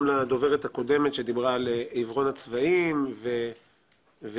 לדוברת הקודמת שדיברה על עיוורון הצבעים וכו'